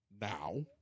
now